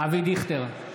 אבי דיכטר,